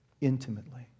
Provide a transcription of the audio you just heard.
intimately